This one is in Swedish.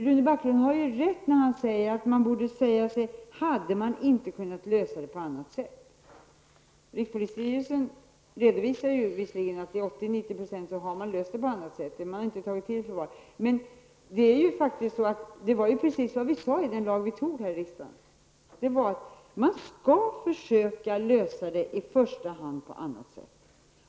Rune Backlund har rätt när han säger att man borde ha frågat sig om det hade gått att lösa på annat sätt. Rikspolisstyrelsen redovisar dessutom att man till 80--90 % har löst det på annat sätt, dvs. genom att inte ta barnen i förvar. Vad som framhålls i den av riksdagen antagna lagen var också att man skall försöka att lösa det i första hand på annat sätt.